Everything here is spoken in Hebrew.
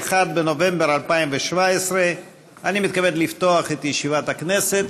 פריג' (מרצ): 5 חמד עמאר (ישראל ביתנו):